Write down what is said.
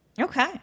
Okay